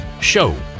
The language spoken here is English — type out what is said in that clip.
show